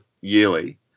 yearly